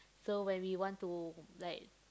so when we want to like